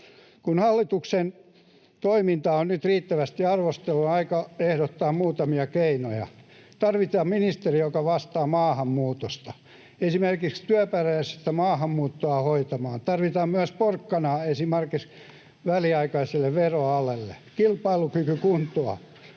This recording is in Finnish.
Kun hallituksen toimintaa on nyt riittävästi arvostellut, on aika ehdottaa muutamia keinoja. Tarvitaan ministeri, joka vastaa maahanmuutosta, esimerkiksi työperäistä maahanmuuttoa hoitamaan. Tarvitaan myös porkkanaa esimerkiksi väliaikaiselle veroalelle, kilpailukykykuntoa,